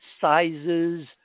sizes